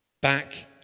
Back